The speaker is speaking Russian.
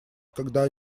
когда